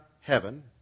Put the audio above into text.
heaven